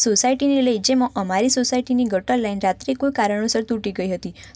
સોસાયટીને લઈ જેમાં અમારી સોસાયટીની ગટર લાઈન રાત્રે કોઈ કારણોસર તૂટી ગઈ હતી